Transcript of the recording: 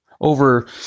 over